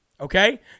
okay